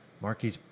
Marquis